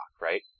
right